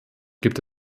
gibt